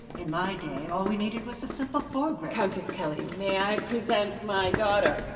in my day, all we needed was a simple foregrip. countess kelly, may i present my daugther,